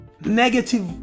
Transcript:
negative